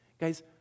Guys